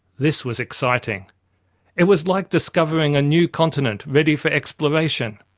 this was exciting it was like discovering a new continent ready for exploration.